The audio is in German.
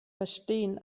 verstehen